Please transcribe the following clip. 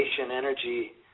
energy